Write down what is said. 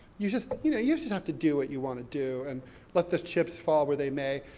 you just, you know, you just have to do what you want to do, and let the chips fall where they may.